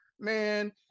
man